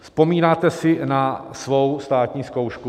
Vzpomínáte si na svou státní zkoušku?